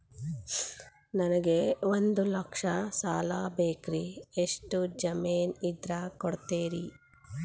ನನಗೆ ಒಂದು ಲಕ್ಷ ಸಾಲ ಬೇಕ್ರಿ ಎಷ್ಟು ಜಮೇನ್ ಇದ್ರ ಕೊಡ್ತೇರಿ?